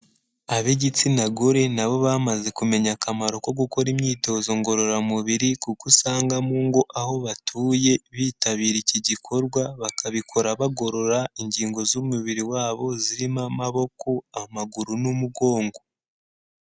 Ab'igitsina gore nabo bamaze kumenya akamaro ko gukora imyitozo ngororamubiri kuko usanga mu ngo aho batuye bitabira iki gikorwa, bakabikora bagorora ingingo z'umubiri wabo zirimo: amaboko, amaguru n'umugongo.